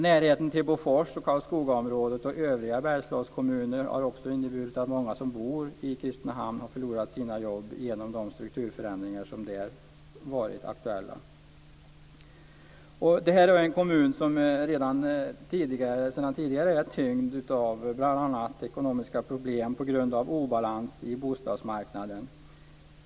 Närheten till Bofors, Karlskogaområdet och övriga Bergslagskommuner har också inneburit att många av dem som bor i Kristinehamn har förlorat sina jobb på grund av aktuella strukturförändringar som har genomförts. Kristinehamns kommun är redan sedan tidigare tyngd av bl.a. ekonomiska problem på grund av obalans i bostadsmarknaden.